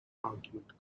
argument